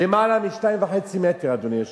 יותר מ-2.5 מטרים, אדוני היושב-ראש.